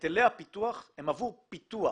היטלי הפיתוח הם עבור פיתוח,